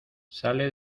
sale